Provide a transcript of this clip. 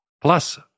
Plus